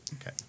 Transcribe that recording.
Okay